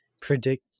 predict